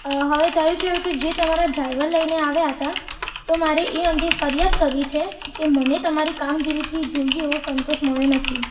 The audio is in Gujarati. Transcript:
હવે થયું છે એવું કે જે તમારા ડ્રાઈવર લઈને આવ્યા હતા તો મારે એ અંગે ફરિયાદ કરવી છે કે મને તમારી કામગીરીથી જોઈએ એવો સંતોષ મળ્યો નથી